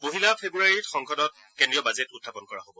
পহিলা ফেব্ৰুৱাৰীত সংসদত কেন্দ্ৰীয় বাজেট উত্থাপন কৰা হব